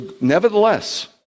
nevertheless